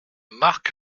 marc